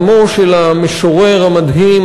עמו של המשורר המדהים,